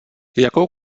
jakou